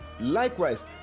likewise